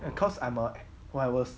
because I'm a when I was